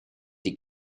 die